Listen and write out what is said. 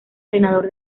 senador